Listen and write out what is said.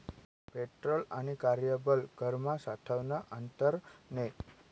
petrol आणि कार्यबल करमा सावठं आंतर नै